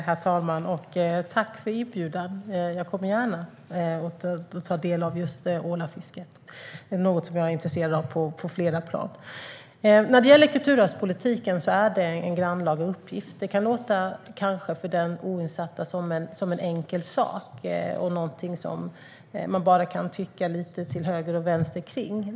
Herr talman! Jag tackar för inbjudan. Jag kommer gärna och tar del av just ålafisket. Det är något som jag är intresserad av på flera plan. Kulturarvspolitiken är en grannlaga uppgift. Det kan för den som inte är insatt i detta verka som en enkel sak och någonting som man bara kan tycka lite till höger och vänster kring.